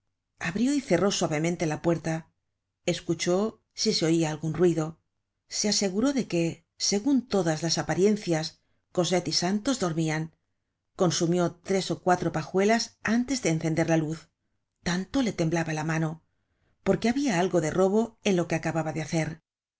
abrió y cerró suavemente la puerta escuchó si se oia algun ruido se aseguró de que segun todas las apariencias cosette y santos dormian consumió tres ó cuatro pajuelas antes de encender luz tanto le temblaba la mano porque habia algo de robo en lo que acababa de hacer